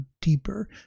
deeper